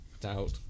Doubt